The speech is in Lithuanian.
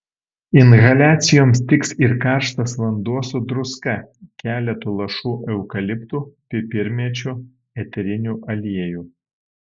inhaliacijoms tiks ir karštas vanduo su druska keletu lašų eukaliptų pipirmėčių eterinių aliejų